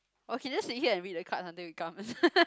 or can just sit here and read the cards until he comes